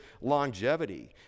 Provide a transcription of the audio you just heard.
longevity